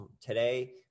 today